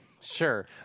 sure